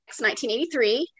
1983